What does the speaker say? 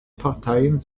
parteien